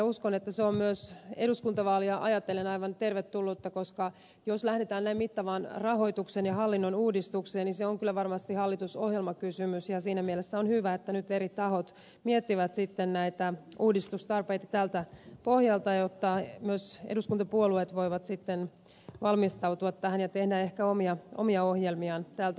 uskon että se on myös eduskuntavaaleja ajatellen aivan tervetullutta koska jos lähdetään näin mittavaan rahoituksen ja hallinnon uudistukseen niin se on kyllä varmasti hallitusohjelmakysymys ja siinä mielessä on hyvä että nyt eri tahot miettivät sitten näitä uudistustarpeita tältä pohjalta jotta myös eduskuntapuolueet voivat sitten valmistautua tähän ja tehdä ehkä omia ohjelmiaan tältä pohjalta